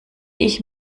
ich